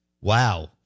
Wow